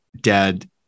dad